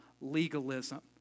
legalism